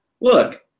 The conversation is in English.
look